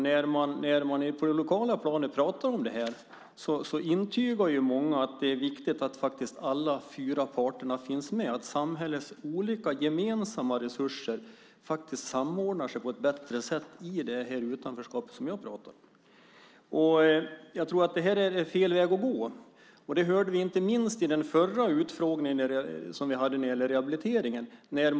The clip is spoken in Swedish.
När man på det lokala planet talar om detta intygar många att det är viktigt att alla fyra parterna finns med och att samhällets olika gemensamma resurser samordnas på ett bättre sätt i det utanförskap jag talar om. Jag tror att det är fel väg att gå. Det hörde vi inte minst vid den förra utfrågningen som vi hade om rehabiliteringen.